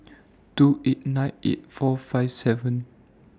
two eight nine eight four five seven